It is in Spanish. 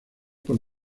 por